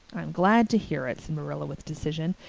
i'm glad to hear it, said marilla with decision.